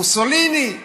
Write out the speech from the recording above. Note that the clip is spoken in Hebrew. מוסוליני,